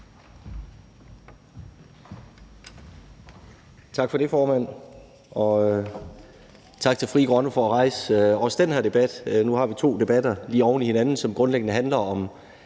Tak for det, formand. Og tak til Frie Grønne for at rejse også den her debat. Nu har vi to debatter lige oven i hinanden, som grundlæggende handler om